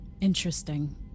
Interesting